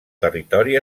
territori